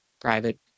private